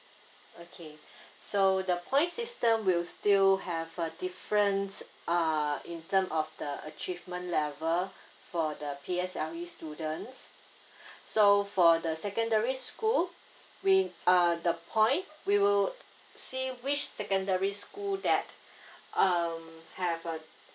okay so the points system will still have a difference uh in terms of the achievement level for the P_S_L_E students so for the secondary school we uh the point we will say which secondary school that um have a